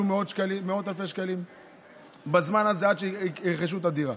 מאות אלפי שקלים בזמן הזה עד שירכשו את הדירה,